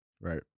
Right